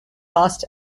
cast